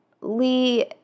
Lee